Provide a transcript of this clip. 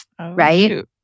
right